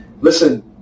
listen